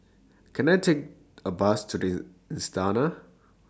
Can I Take A Bus to The Istana